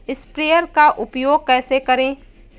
Sprayer का उपयोग कैसे करें?